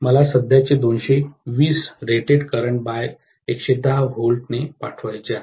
मला सध्याचे 220 rated current by 110 V ने पाठवायचे आहे